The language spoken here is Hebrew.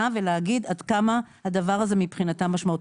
ולהגיד עד כמה הדבר הזה מבחינתם משמעותי.